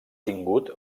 tingut